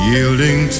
Yielding